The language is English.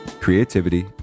Creativity